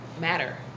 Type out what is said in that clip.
matter